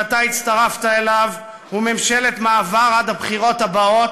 שאתה הצטרפת אליו הוא ממשלת מעבר עד הבחירות הבאות,